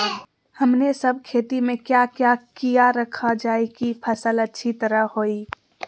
हमने सब खेती में क्या क्या किया रखा जाए की फसल अच्छी तरह होई?